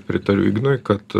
pritariau ignui kad